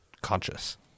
conscious